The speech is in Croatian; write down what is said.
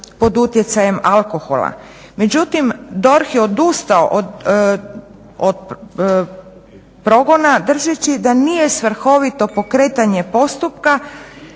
pod utjecajem alkohola. Međutim DORH je odustao od progona držeći da nije svrhovito pokretanje postupka,